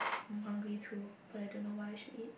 I'm hungry too but I don't know what I should eat